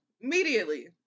immediately